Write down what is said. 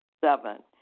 Seven